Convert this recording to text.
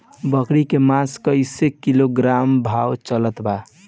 बकरी के मांस कईसे किलोग्राम भाव चलत बा?